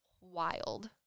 wild